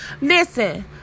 Listen